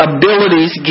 abilities